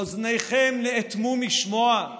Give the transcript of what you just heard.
אוזניכם נאטמו משמוע?